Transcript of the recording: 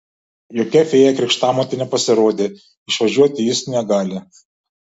jokia fėja krikštamotė nepasirodė išvažiuoti jis negali